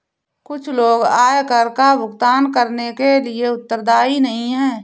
कुछ लोग आयकर का भुगतान करने के लिए उत्तरदायी नहीं हैं